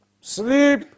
sleep